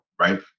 right